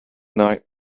night